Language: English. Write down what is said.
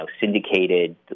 syndicated